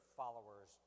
followers